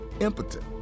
impotent